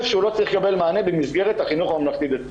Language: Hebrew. שהוא לא צריך לקבל מענה במסגרת החינוך הממלכתי-דתי.